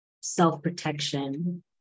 self-protection